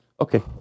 Okay